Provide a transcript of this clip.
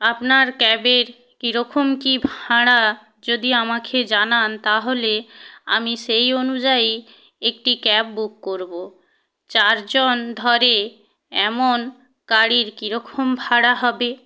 আপনার ক্যাবের কীরকম কী ভাঁড়া যদি আমাখে জানান তাহলে আমি সেই অনুযায়ী একটি ক্যাব বুক করবো চারজন ধরে এমন গাড়ির কীরকম ভাড়া হবে